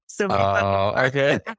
okay